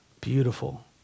Beautiful